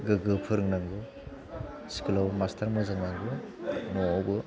गोग्गो फोरोंनांगौ स्कुलाव मास्थार मोजां नांगौ न'आवबो